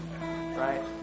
Right